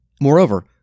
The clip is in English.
Moreover